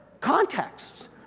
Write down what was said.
contexts